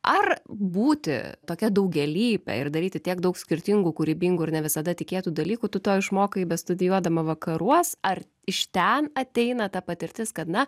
ar būti tokia daugialype ir daryti tiek daug skirtingų kūrybingų ir ne visada tikėtų dalykų tu to išmokai bestudijuodama vakaruos ar iš ten ateina ta patirtis kad na